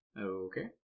Okay